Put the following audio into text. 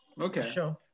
Okay